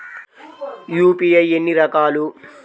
UPI ఎన్ని రకాలు?